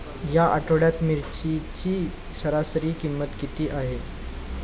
या आठवड्यात मिरचीची सरासरी किंमत किती आहे?